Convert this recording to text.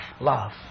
love